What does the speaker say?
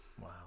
Wow